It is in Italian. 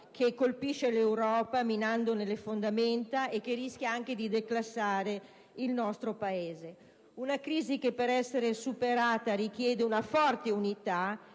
che colpisce l'Europa minandone le fondamenta e che rischia anche di declassare il nostro Paese; una crisi che per essere superata richiede una forte unità